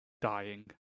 dying